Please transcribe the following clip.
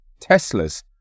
Teslas